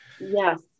Yes